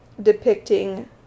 depicting